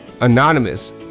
anonymous